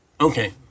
Okay